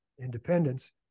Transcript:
independence